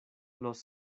los